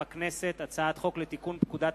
מטעם הכנסת: הצעת חוק לתיקון פקודת